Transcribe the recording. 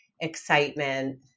excitement